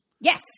Yes